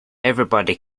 everybody